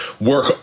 work